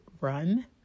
run